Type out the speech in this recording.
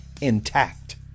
Intact